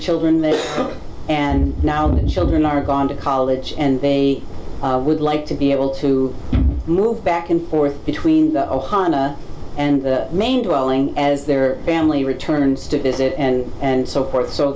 children and now the children are gone to college and they would like to be able to move back and forth between ohio and maine growing as their family returns to visit and so forth so